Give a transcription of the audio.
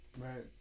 Right